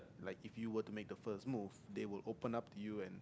like if you were to make the first move they will open up to you and